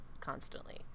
constantly